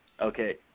Okay